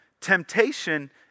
Temptation